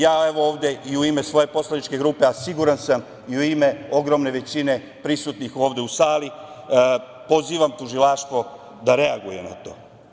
Ja, evo, ovde i u ime svoje poslaničke grupe, a siguran sam i u ime ogromne većine prisutnih ovde u sali, pozivam Tužilaštvo da reaguje na to.